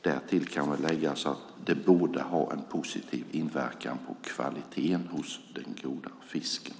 Därtill kan läggas att det borde ha en positiv inverkan på kvaliteten hos den goda fisken.